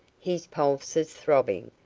his pulses throbbing,